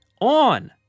on